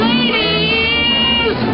Ladies